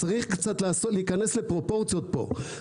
אז צריך קצת להיכנס לפרופורציות פה.